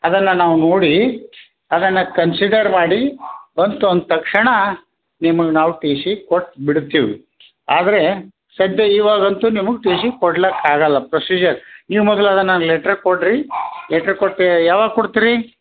ಅದನ್ನು ನಾವು ನೋಡಿ ಅದನ್ನು ಕನ್ಸಿಡರ್ ಮಾಡಿ ಬಂತು ಅಂದ ತಕ್ಷಣ ನಿಮ್ಗೆ ನಾವು ಟಿ ಸಿ ಕೊಟ್ಟು ಬಿಡ್ತೀವಿ ಆದರೆ ಸದ್ಯ ಇವಾಗ ಅಂತು ನಿಮ್ಗೆ ಟಿ ಸಿ ಕೊಡ್ಲಕೆ ಆಗೊಲ್ಲ ಪ್ರೊಸೀಜರ್ ನೀವು ಮೊದ್ಲು ಅದು ನಂಗೆ ಲೆಟ್ರ್ ಕೊಡ್ರಿ ಲೆಟ್ರ್ ಕೊಟ್ಟು ಯಾವಾಗ ಕೊಡ್ತೀರಿ